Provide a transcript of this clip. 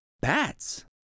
Bats